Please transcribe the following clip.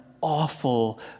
awful